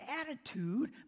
attitude